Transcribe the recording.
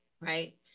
right